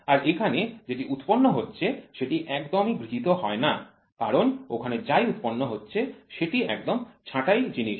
আর এখানে যেটি উৎপন্ন হচ্ছে সেটি একদমই গৃহীত হয় না কারণ ওখানে যাই উৎপন্ন হচ্ছে সেটি একদম ছাঁট জিনিস